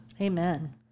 Amen